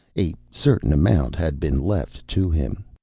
a certain amount had been left to him.